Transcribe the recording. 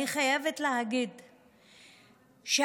אני חייבת להגיד שהממשלה,